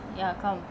ya come